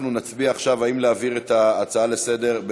אנחנו נצביע עכשיו אם להעביר את ההצעה לסדר-היום